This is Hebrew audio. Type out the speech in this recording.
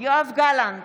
יואב גלנט,